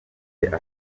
bafite